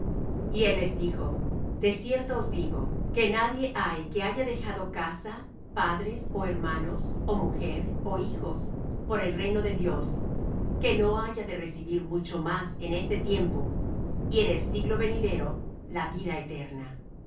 él les dijo de cierto os digo que nadie hay que haya dejado casa padres ó hermanos ó mujer ó hijos por el reino de dios que no haya de recibir mucho más en este tiempo y en el siglo venidero la vida eterna